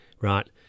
right